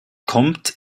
kommt